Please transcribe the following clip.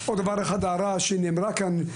עוד דבר אחד, הערה שנאמרה כאן: